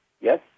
yes